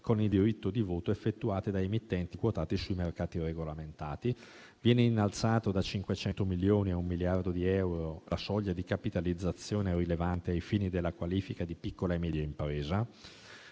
con il diritto di voto effettuate da emittenti quotate sui mercati regolamentati; viene innalzata da 500 milioni a un miliardo di euro la soglia di capitalizzazione rilevante ai fini della qualifica di piccola e media impresa;